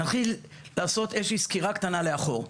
נתחיל לעשות איזה שהיא סקירה קטנה לאחור.